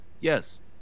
Yes